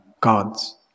gods